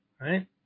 right